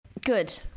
Good